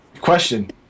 question